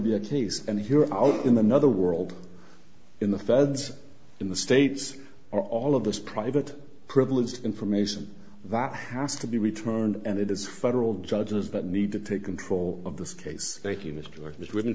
be a case and here out in another world in the feds in the states are all of this private privileged information that has to be returned and it is federal judges that need to take control of this case thank you mr was written